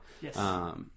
Yes